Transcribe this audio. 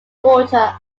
daughter